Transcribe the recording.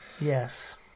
Yes